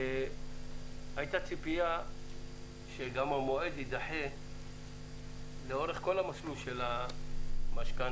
הייתה ציפייה שגם המועד יידחה לאורך כל המסלול של המשכנתא.